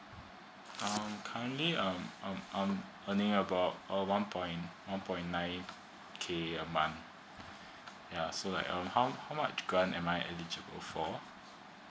um currently um um i'm earning about a one point one point nine k a month ya so like um how how much grant am I eligible for